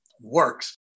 works